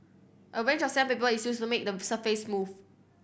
a range of sandpaper is used to make the surface smooth